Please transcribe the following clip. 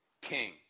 king